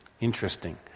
Interesting